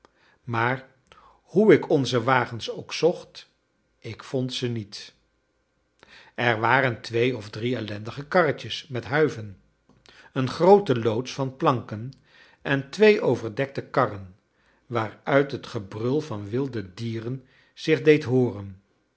maar hoe ik onze wagens ook zocht ik vond ze niet er waren twee of drie ellendige karretjes met huiven een groote loods van planken en twee overdekte karren waaruit het gebrul van wilde dieren zich deed hooren